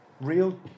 Real